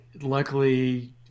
luckily